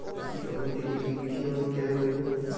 জমিতে ইরথিয়ন কেন দেবো?